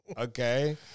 Okay